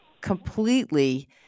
completely